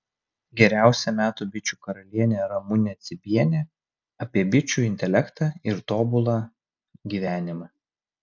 geriausia metų bičių karalienė ramunė cibienė apie bičių intelektą ir tobulą gyvenimą